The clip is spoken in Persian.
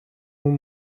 اون